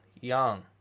young